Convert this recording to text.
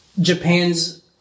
Japan's